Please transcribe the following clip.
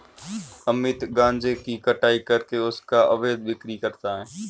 अमित गांजे की कटाई करके उसका अवैध बिक्री करता है